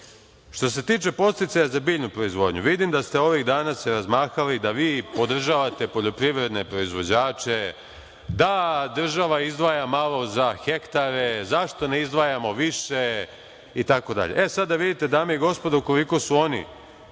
se tiče podsticaja za biljnu proizvodnju, vidim da ste ovih dana se razmahali da vi podržavate poljoprivredne proizvođače, da država izdvaja malo za hektare, zašto ne izdvajamo više itd. E, sad da vidite, dame i gospodo, koliko su oni